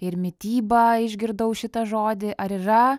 ir mitybą išgirdau šitą žodį ar yra